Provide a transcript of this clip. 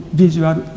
visual